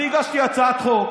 אני הגשתי הצעת חוק